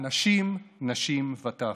אנשים, נשים וטף,